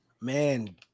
Man